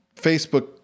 Facebook